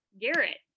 Garrett